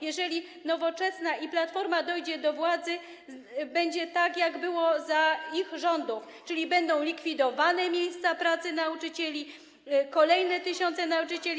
Jeżeli Nowoczesna i Platforma dojdą do władzy, będzie tak, jak było za ich rządów, czyli będą likwidowane miejsca pracy nauczycieli, kolejne tysiące nauczycieli.